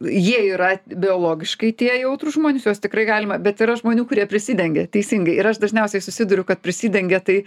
jie yra biologiškai tie jautrūs žmonės juos tikrai galima bet yra žmonių kurie prisidengia teisingai ir aš dažniausiai susiduriu kad prisidengia tai